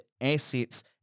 assets